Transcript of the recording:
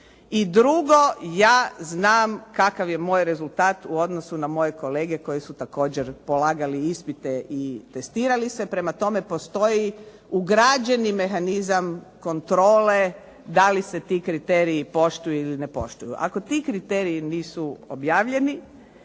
I drugo, ja znam kakav je moj rezultat u odnosu na moje kolege koji su također polagali ispite i testirali se. Prema tome, postoji ugrađeni mehanizam kontrole da li se ti kriteriji poštuju ili ne poštuju. Ako kriteriji nisu objavljeni,